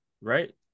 right